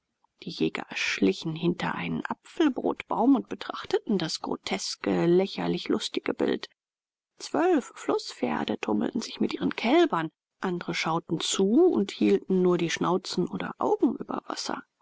die jäger schlichen hinter einen affenbrotbaum und betrachteten das groteske lächerlich lustige bild zwölf flußpferde tummelten sich mit ihren kälbern andere schauten zu und hielten nur die schnauzen oder augen über wasser